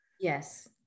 Yes